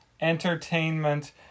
entertainment